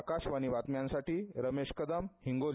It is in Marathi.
आकाशवाणी बातम्यांसाठी रमेश कदम हिंगोली